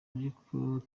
ariko